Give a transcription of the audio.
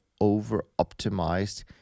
over-optimized